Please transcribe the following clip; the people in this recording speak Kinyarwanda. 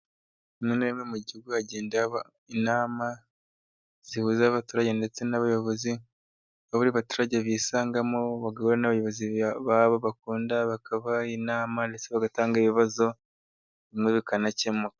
Rimwe na rimwe mu gihugu hagenda haba inama zihuza abaturage ndetse n'abayobozi, aho buri baturage bisangamo bayobowe n'abayobozi babo bakunda bakaba inama ndetse bagatanga ibibazo bimwe bikanakemuka.